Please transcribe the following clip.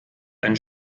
einen